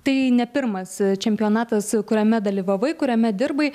tai ne pirmas čempionatas kuriame dalyvavai kuriame dirbai